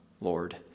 Lord